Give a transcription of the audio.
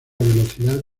velocidad